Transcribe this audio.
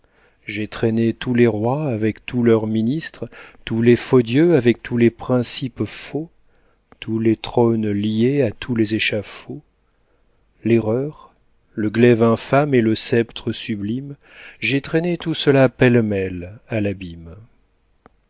j'ai traîné tous les rois avec tous leurs ministres tous les faux dieux avec tous les principes faux tous les trônes liés à tous les échafauds l'erreur le glaive infâme et le sceptre sublime j'ai traîné tout cela pêle-mêle à l'abîme